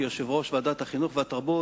כיושב-ראש ועדת החינוך והתרבות,